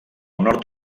nord